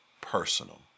personal